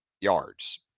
yards